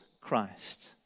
Christ